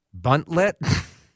Buntlet